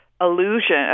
illusion